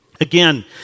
Again